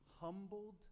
humbled